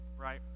right